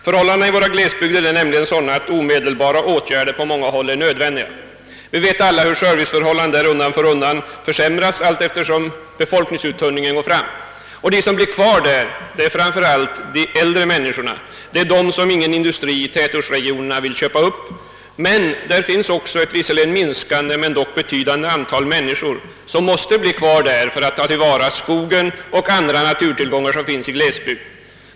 Förhållandena i våra glesbygder är nämligen sådana att omedelbara åtgärder på många håll är nödvändiga. Vi vet alla hur servicen där undan för undan försämras allteftersom befolkningsuttunningen går fram. De som blir kvar är framför allt de äldre människorna, som ingen industri i tätortsregionerna vill köpa upp. Där finns emellertid också ett visserligen minskande men dock ännu betydande antal människor, som måste stanna där för att ta till vara skogen och andra naturtillgångar.